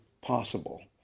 possible